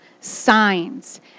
signs